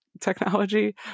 technology